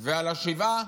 ועל השבעה,